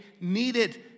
needed